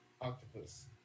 octopus